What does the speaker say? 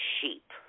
sheep